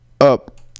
up